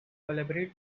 collaborate